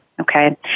Okay